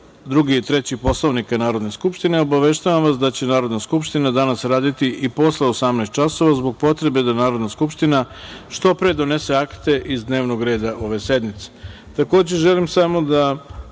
2. i 3. Poslovnika Narodne skupštine, obaveštavam vas da će Narodna skupština danas raditi i posle 18,00 časova, zbog potrebe da Narodna skupština što pre donese akte iz dnevnog reda. Takođe, želim samo da